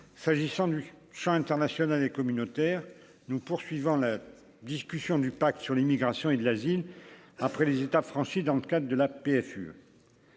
s'agissant du Champ international et communautaire, nous poursuivons la discussion du pacte sur l'immigration et de l'asile après les étapes franchies dans le cadre de la PFUE